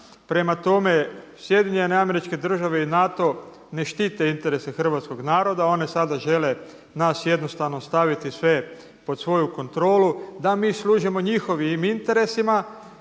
Prema tome, SAD i NATO ne štite interese hrvatskog naroda. One sada žele nas jednostavno staviti sve pod svoju kontrolu da mi služimo njihovim interesima,